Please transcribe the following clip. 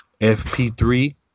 FP3